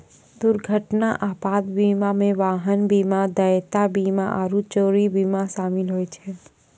दुर्घटना आपात बीमा मे वाहन बीमा, देयता बीमा आरु चोरी बीमा शामिल होय छै